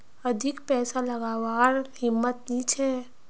अधिक पैसा लागवार हिम्मत नी छे